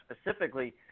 specifically